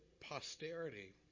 posterity